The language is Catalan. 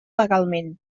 legalment